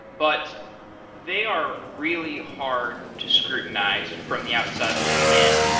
but they are really hard to scrutinize from the outside looking in.